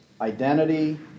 identity